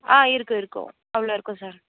ஆ இருக்கும் இருக்கும் அவ்வளோ இருக்கும் சார்